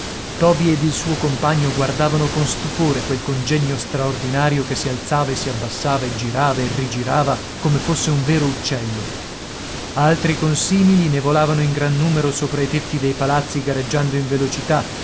toby ed il suo compagno guardavano con stupore quel congegno straordinario che si alzava e si abbassava e girava e rigirava come fosse un vero uccello altri consimili ne volavano in gran numero sopra i tetti dei palazzi gareggiando in velocità